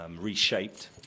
reshaped